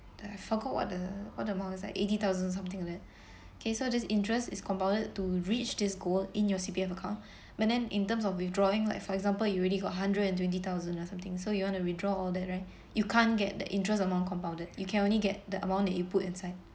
I forgot what the what the amount is like eighty thousand something like that okay so this interest is compounded to reach this goal in your C_P_F account but then in terms of withdrawing like for example you already got hundred and twenty thousand or something so you want to withdraw all that right you can't get the interest on the amount compounded you can only get the amount that you put inside